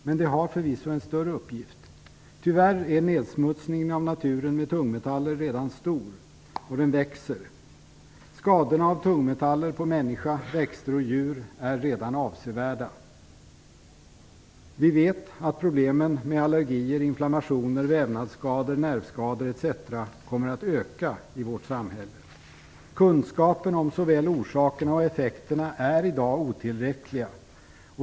Men det har förvisso en större uppgift. Tyvärr är naturens nedsmutsning av tungmetaller redan stor, och den växer. Skadorna av tungmetaller på människa, växter och djur är redan avsevärda. Vi vet att problemen med allergier, inflammationer, vävnadsskador, nervskador etc. kommer att öka i vårt samhälle. Kunskapen om såväl orsakerna som effekterna är i dag otillräckliga.